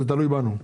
זה תלוי בנו.